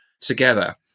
together